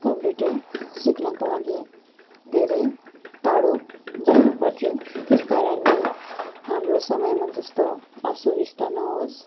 computer सिक्नको लागि धेरै टाढो जानु पर्थ्यो त्यस कारणले हाम्रो समयमा जस्तो असुबिस्ता नहोस्